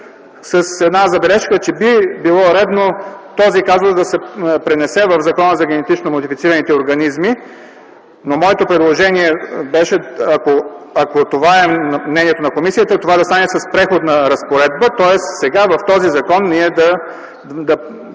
с една забележка, че би било редно този казус да се пренесе в Закона за генетично модифицираните организми, но моето предложение беше, ако това е мнението на комисията, да стане с Преходна разпоредба, тоест в този закон да